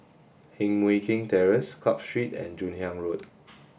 Heng Mui Keng Terrace Club Street and Joon Hiang Road